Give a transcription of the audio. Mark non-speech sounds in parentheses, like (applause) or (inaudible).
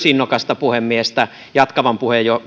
(unintelligible) innokasta puhemiestä jatkavan